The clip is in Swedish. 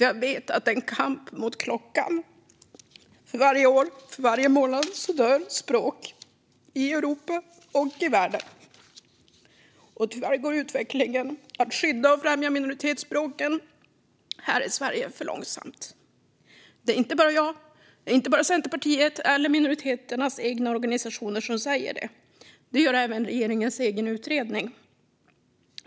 Jag vet att det är en kamp mot klockan, för varje år, varje månad, dör språk i Europa och i världen. Tyvärr går utvecklingen att skydda och främja minoritetsspråken i Sverige för långsamt. Det är inte bara jag, Centerpartiet och minoriteternas egna organisationer som säger det. Det gör även regeringens egen utredning.